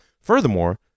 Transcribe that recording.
Furthermore